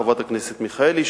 חברת הכנסת מיכאלי,